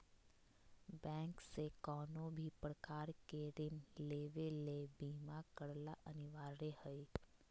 bank से कउनो भी प्रकार के ऋण लेवे ले बीमा करला अनिवार्य हय